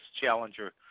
challenger